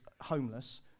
homeless